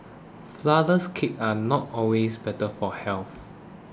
Flourless Cakes are not always better for health